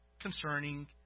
concerning